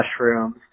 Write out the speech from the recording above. mushrooms